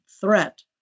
threat